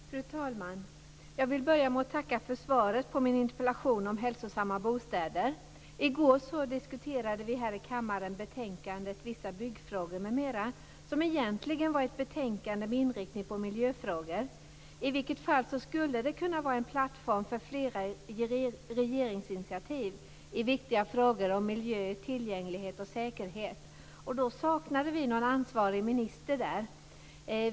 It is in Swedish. Fru talman! Jag vill börja med att tacka för svaret på min interpellation om hälsosamma bostäder. I går diskuterade vi här i kammaren betänkandet Vissa byggfrågor m.m., som egentligen var ett betänkande med inriktning på miljöfrågor. I vilket fall skulle det kunna vara en plattform för flera regeringsinitiativ i viktiga frågor om miljö, tillgänglighet och säkerhet. Då saknade vi någon ansvarig minister här.